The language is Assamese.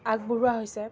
আগবঢ়োৱা হৈছে